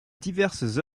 diverses